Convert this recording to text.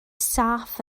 saff